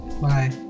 Bye